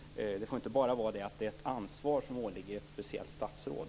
Ansvaret får inte bara åligga ett speciellt statsråd.